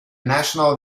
national